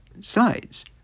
sides